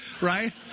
Right